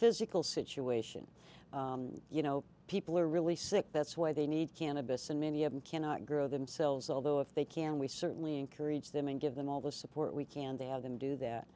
physical situation you know people are really sick that's why they need cannabis and many of them cannot grow themselves although if they can we certainly encourage them and give them all the support we can they have them do that